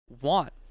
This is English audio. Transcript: want